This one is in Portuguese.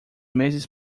meses